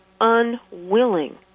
unwilling